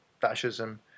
fascism